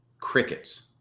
crickets